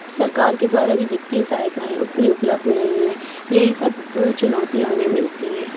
सरकार के द्वारा भी वित्तीय सहायताएँ उतनी उपलब्ध नहीं है यही सब चुनौतियाँ उन्हें मिलती हैं